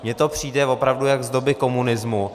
Mně to přijde opravdu jak z doby komunismu.